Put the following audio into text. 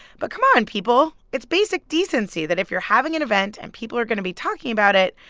but come on, people. it's basic decency that if you're having an event and people are going to be talking about it,